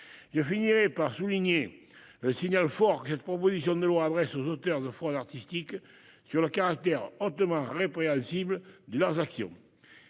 Je finirai en soulignant le signal fort que cette proposition de loi adresse aux auteurs de fraudes artistiques sur le caractère hautement répréhensible de leurs actions.